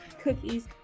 cookies